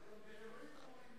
מה רע בישמעאל?